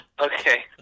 Okay